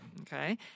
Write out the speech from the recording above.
Okay